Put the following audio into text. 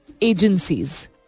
agencies